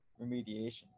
remediation